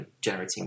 generating